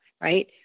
right